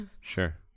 Sure